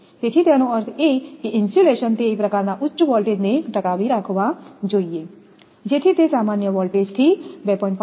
તેથી તેનો અર્થ એ કે ઇન્સ્યુલેશન તે પ્રકારના ઉચ્ચ વોલ્ટેજને ટકાવી રાખવા જોઈએ જેથી તે સામાન્ય વોલ્ટેજથી 2